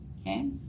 okay